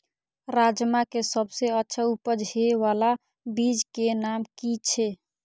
राजमा के सबसे अच्छा उपज हे वाला बीज के नाम की छे?